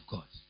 God